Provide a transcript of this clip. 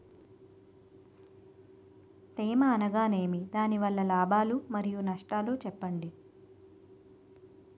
తేమ అనగానేమి? దాని వల్ల లాభాలు మరియు నష్టాలను చెప్పండి?